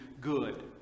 good